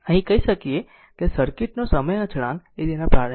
આપણે કહી શકીએ કે સર્કિટ નો સમય અચળાંક એ તેના પ્રારંભિક મૂલ્યના 36